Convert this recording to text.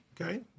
Okay